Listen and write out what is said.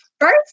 First